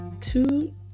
two